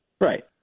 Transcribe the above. Right